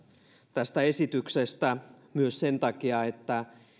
tästä esityksestä myös sen takia että